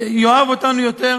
סגן השר,